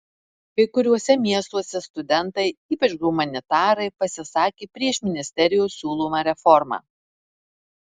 kai kuriuose miestuose studentai ypač humanitarai pasisakė prieš ministerijos siūlomą reformą